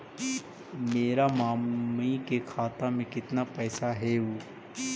मेरा मामी के खाता में कितना पैसा हेउ?